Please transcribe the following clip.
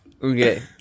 Okay